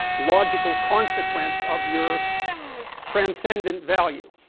logical consequences of your transcendent value,